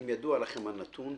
אם ידוע לכם הנתון,